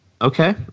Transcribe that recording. okay